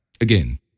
Again